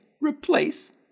replace